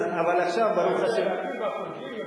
אתה יודע להקים והטורקים יודעים להוריד.